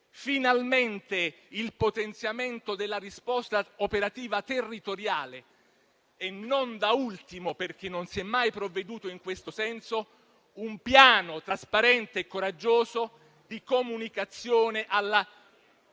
finalmente, il potenziamento della risposta operativa territoriale e, non da ultimo (perché non si è mai provveduto in questo senso), un piano trasparente e coraggioso di comunicazione alla